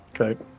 Okay